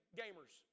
gamers